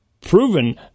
proven